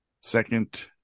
Second